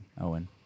Owen